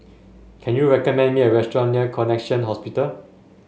can you recommend me a restaurant near Connexion Hospital